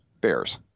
Bears